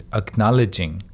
acknowledging